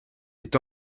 est